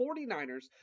49ers